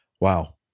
Wow